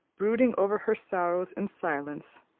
brooding over her sorrows in silence,